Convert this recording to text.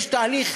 יש תהליך